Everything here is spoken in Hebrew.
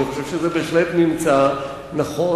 ואני חושב שזה בהחלט ממצא נכון,